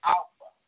Alpha